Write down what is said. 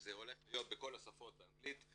זה הולך להיות בכל השפות באנגלית,